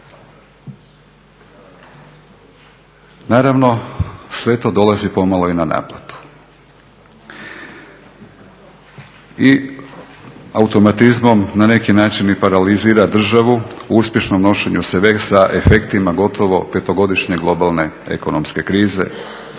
Naravno sve to dolazi pomalo i na naplatu. I automatizmom na neki način i paralizira državu u uspješnom nošenju sveg sa afektima gotovo 5.-godišnje globalne ekonomske krize